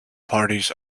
parties